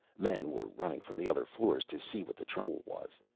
men were running, from the other floors to see what the trouble was.